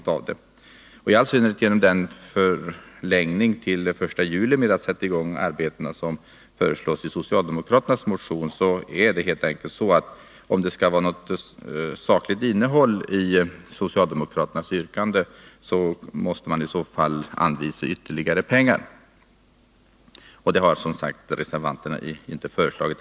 Om socialdemokraternas förslag om en förlängning av tiden för igångsättning av arbetena till den 1 juli 1982 skall få något sakligt värde måste man anvisa ytterligare pengar. Men detta har som sagt reservanterna inte föreslagit.